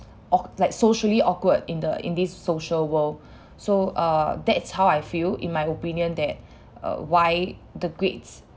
awk~ like socially awkward in the in these social world so err that's how I feel in my opinion that uh why the grades